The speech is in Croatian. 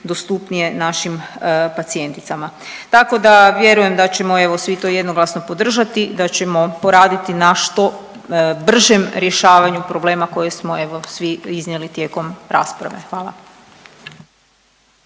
dostupnije našim pacijenticama. Tako da vjerujem da ćemo evo svi to jednoglasno podržati, da ćemo poraditi na što bržem rješavanju problema koje smo evo svi iznijeli tijekom rasprave. Hvala.